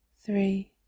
three